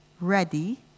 ready